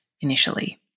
initially